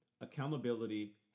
Accountability